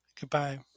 goodbye